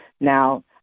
Now